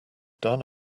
done